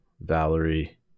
Valerie